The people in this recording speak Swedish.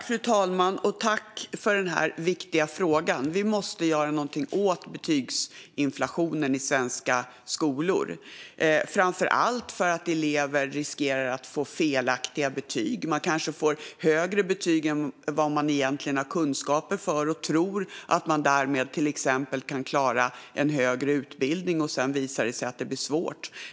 Fru talman! Vi måste göra någonting åt betygsinflationen i svenska skolor, framför allt för att elever riskerar att få felaktiga betyg. Man kanske får högre betyg än vad man egentligen har kunskaper för och tror att man därmed till exempel kan klara en högre utbildning, och sedan visar det sig att det blir svårt.